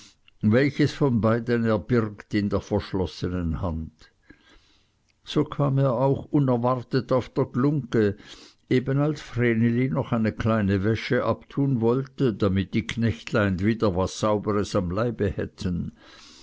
welches von beiden er birgt in der verschlossenen hand so kam er auch unerwartet auf der glungge eben als vreneli noch eine kleine wäsche abtun wollte damit die knechtlein wieder was sauberes am leibe hätten